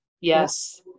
Yes